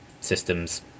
systems